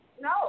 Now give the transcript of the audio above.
no